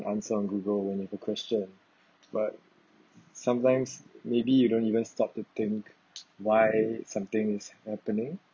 answer on google when you've a question but sometimes maybe you don't even stop to think why something's happening